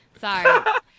Sorry